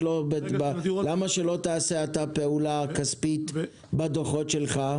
למה שלא תעשה אתה פעולה כספית בדוחות שלך,